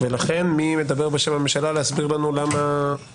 ולכן מי מדבר בשם הממשלה להסביר לנו למה